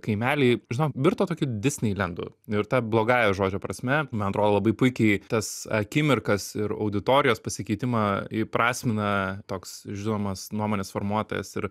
kaimeliai žinom virto tokiu disneilendu ir ta blogąja žodžio prasme man atrodo labai puikiai tas akimirkas ir auditorijos pasikeitimą įprasmina toks žinomas nuomonės formuotojas ir